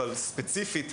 אבל ספציפית,